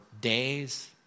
days